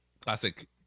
Classic